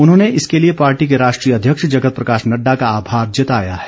उन्होंने इसके लिए पार्टी के राष्ट्रीय अध्यक्ष जगत प्रकाश नड़डा का आभार जताया है